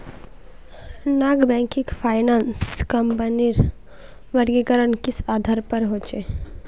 Non banking finance कंपनीर वर्गीकरण किस आधार पर होचे?